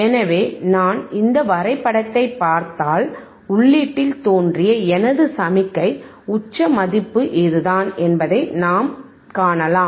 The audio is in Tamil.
எனவே நான் இந்த வரைபடத்தைப் பார்த்தால் உள்ளீட்டில் தோன்றிய எனது சமிக்ஞை உச்ச மதிப்பு இதுதான் என்பதை நான் காணலாம்